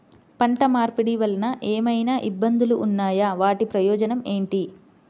పంట మార్పిడి వలన ఏమయినా ఇబ్బందులు ఉన్నాయా వాటి ప్రయోజనం ఏంటి?